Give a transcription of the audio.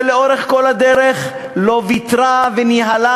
שלאורך כל הדרך לא ויתרה, וניהלה